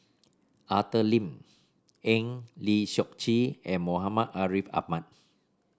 Arthur Lim Eng Lee Seok Chee and Muhammad Ariff Ahmad